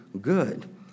good